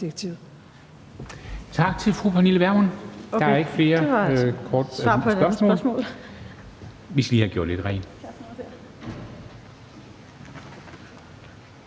Tak til fru Pernille Vermund. Der er ikke flere spørgsmål.